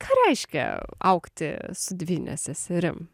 ką reiškia augti su dvyne seserim